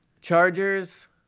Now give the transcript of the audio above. Chargers